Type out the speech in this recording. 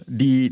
di